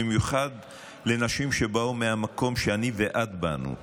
במיוחד לנשים שבאו מהמקום שאני ואת באנו ממנו.